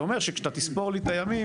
זה אומר שכשאתה תספור לי את הימים,